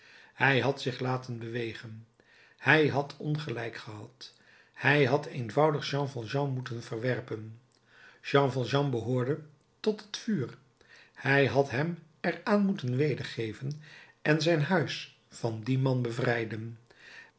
hij had zich laten bewegen hij had ongelijk gehad hij had eenvoudig jean valjean moeten verwerpen jean valjean behoorde tot het vuur hij had hem er aan moeten wedergeven en zijn huis van dien man bevrijden